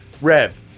Rev